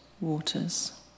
waters